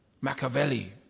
Machiavelli